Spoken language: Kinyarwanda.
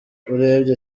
urembye